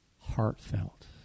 heartfelt